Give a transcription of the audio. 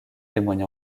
témoigne